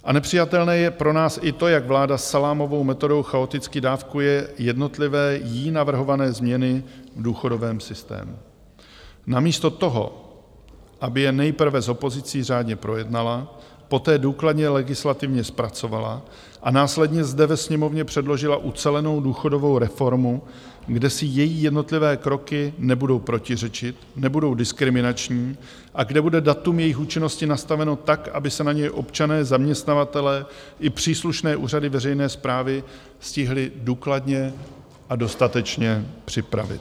A nepřijatelné je pro nás i to, jak vláda salámovou metodou chaoticky dávkuje jednotlivé jí navrhované změny v důchodovém systému namísto toho, aby je nejprve s opozicí řádně projednala, poté důkladně legislativně zpracovala a následně zde ve Sněmovně předložila ucelenou důchodovou reformu, kde si její jednotlivé kroky nebudou protiřečit, nebudou diskriminační a kde bude datum jejich účinnosti nastaveno tak, aby se na ně občané, zaměstnavatelé i příslušné úřady veřejné správy stihli důkladně a dostatečně připravit.